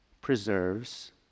preserves